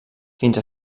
fins